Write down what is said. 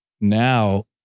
now